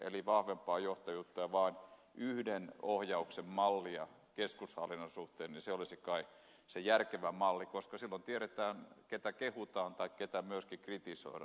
eli vahvempi johtajuus ja vain yhden ohjauksen malli keskushallinnon suhteen olisi kai se järkevä malli koska silloin tiedetään ketä kehutaan tai ketä myöskin kritisoidaan